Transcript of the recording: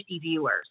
viewers